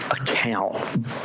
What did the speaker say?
account